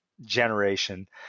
generation